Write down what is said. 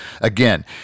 Again